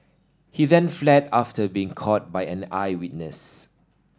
he then fled after being caught by an eyewitness